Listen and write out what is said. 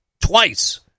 twice